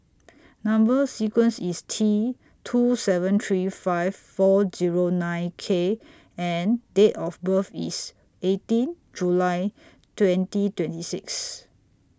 Number sequence IS T two seven three five four Zero nine K and Date of birth IS eighteen July twenty twenty six